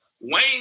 Wayne